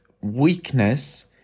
weakness